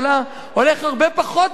החוק הזה הולך הרבה פחות מטרכטנברג.